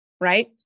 right